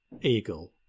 Eagle